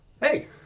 Hey